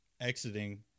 exiting